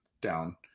down